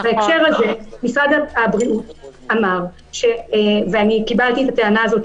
בהקשר הזה משרד הבריאות אמר וקיבלתי את טענתם